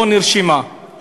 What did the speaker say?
לא נרשמה.